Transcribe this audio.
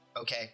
okay